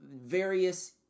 various